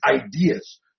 ideas